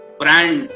brand